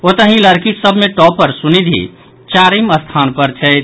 ओतहि लड़की सभ मे टॉपर सुनिधि चारिम स्थान पर छथि